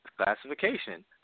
classification